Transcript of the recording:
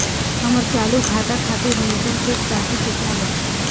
हमर चालू खाता खातिर न्यूनतम शेष राशि केतना बा?